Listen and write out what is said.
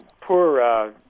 poor